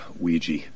Ouija